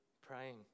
praying